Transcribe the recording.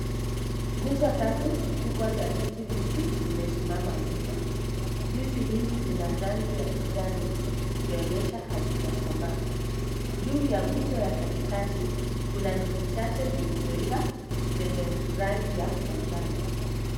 Nguzo tatu kubwa za ndizi mbichi zimesimama wima. Ndizi zina rangi ya kijani zikionyesha hazijakomaa. Juu ya nguzo ya katikati kuna ndizi chache zilizoiva zenye rangi ya manjano.